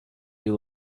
you